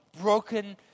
broken